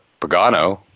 Pagano